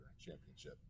championship